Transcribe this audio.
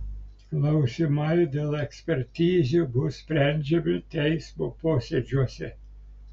klausimai dėl ekspertizių bus sprendžiami teismo posėdžiuose